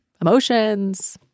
emotions